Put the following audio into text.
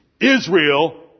Israel